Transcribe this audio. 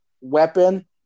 weapon